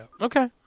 Okay